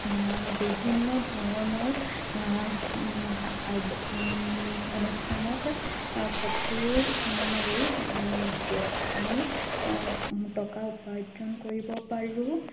বিভিন্ন ধৰণৰ অনুষ্ঠানত ফটো মাৰি আমি টকা উপাৰ্জন কৰিব পাৰোঁ